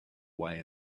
way